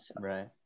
Right